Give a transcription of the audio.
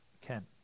Ken